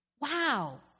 Wow